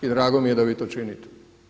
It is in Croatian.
I drago mi je da vi to činite.